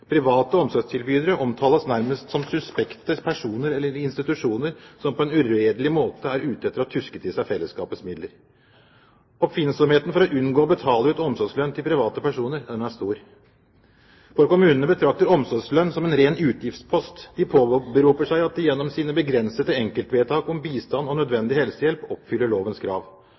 Private omsorgstilbydere omtales nærmest som suspekte personer eller institusjoner, som på en uredelig måte er ute etter å tuske til seg fellesskapets midler. Oppfinnsomheten for å unngå å betale ut omsorgslønn til privatpersoner er stor, for kommunene betrakter omsorgslønn som en ren utgiftspost. De påberoper seg at de gjennom sine begrensede enkeltvedtak om bistand og nødvendig helsehjelp oppfyller lovens krav.